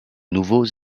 nouveaux